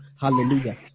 hallelujah